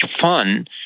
fun